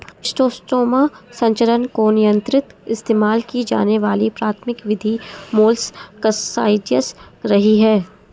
schistosoma संचरण को नियंत्रित इस्तेमाल की जाने वाली प्राथमिक विधि मोलस्कसाइड्स रही है